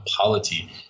polity